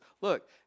look